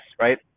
right